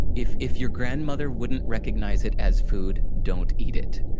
if if your grandmother wouldn't recognize it as food, don't eat it.